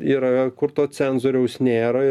yra kur to cenzoriaus nėra